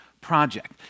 project